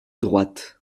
droite